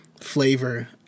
flavor